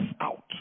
out